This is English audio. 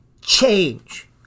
Change